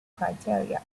criteria